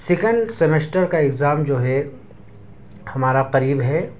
second semester کا exam جو ہے ہمارا قریب ہے